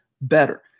better